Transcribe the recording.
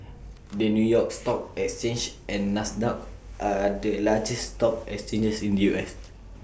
the new york stock exchange and Nasdaq are the largest stock exchanges in the U S